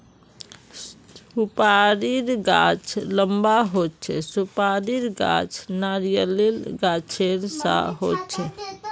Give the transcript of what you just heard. सुपारीर गाछ लंबा होचे, सुपारीर गाछ नारियालेर गाछेर सा होचे